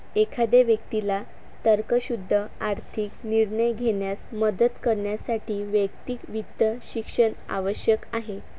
एखाद्या व्यक्तीला तर्कशुद्ध आर्थिक निर्णय घेण्यास मदत करण्यासाठी वैयक्तिक वित्त शिक्षण आवश्यक आहे